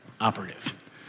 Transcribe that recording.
operative